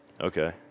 Okay